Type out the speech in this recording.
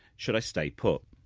should i stay put?